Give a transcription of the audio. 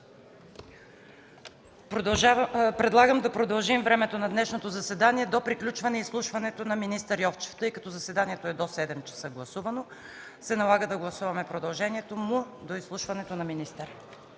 Предлагам да продължим времето на днешното заседание до приключване изслушването на министър Йовчев. Тъй като заседанието е гласувано да е до 19,00 ч., се налага да гласуваме предложението – до изслушването на министъра.